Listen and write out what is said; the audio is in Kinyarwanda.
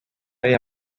ariya